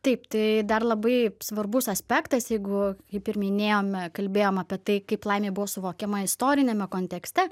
taip tai dar labai svarbus aspektas jeigu kaip ir minėjome kalbėjom apie tai kaip laimė buvo suvokiama istoriniame kontekste